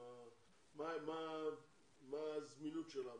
מה הזמינות שלה,